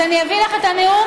אז אני אביא לך את הנאום,